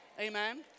Amen